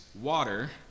water